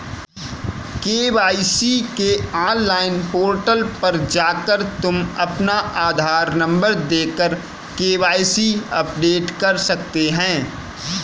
KYC के online portal पर जाकर तुम अपना आधार नंबर देकर के.वाय.सी अपडेट कर सकते हो